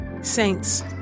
Saints